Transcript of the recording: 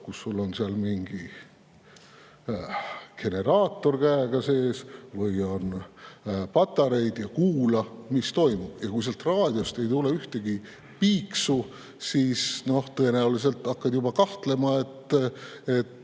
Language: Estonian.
kus on mingi generaator sees, ja käega [väntad], või on patareid – kuula, mis toimub. Ja kui sealt raadiost ei tule ühtegi piiksu, siis tõenäoliselt hakkad juba kahtlema,